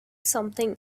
something